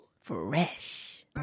Fresh